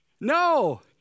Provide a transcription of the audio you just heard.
no